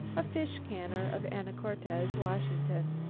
a fish canner of anacortes, washington.